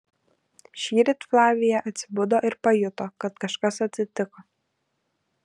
šįryt flavija atsibudo ir pajuto kad kažkas atsitiko